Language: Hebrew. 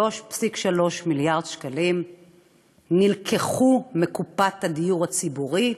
3.3 מיליארד שקלים נלקחו מקופת הדיור הציבורי,